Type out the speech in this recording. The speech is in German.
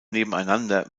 nebeneinander